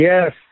Yes